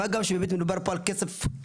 מה גם שמדובר פה על כסף קטן,